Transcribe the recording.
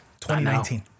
2019